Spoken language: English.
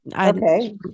okay